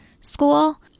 school